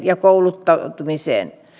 ja kouluttautumiseen